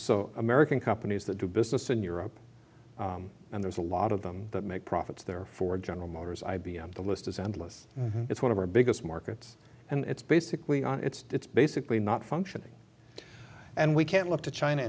so american companies that do business in europe and there's a lot of them that make profits there for general motors i b m the list is endless and it's one of our biggest markets and it's basically on its basically not functioning and we can't look to china